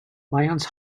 lions